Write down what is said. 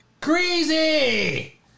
Crazy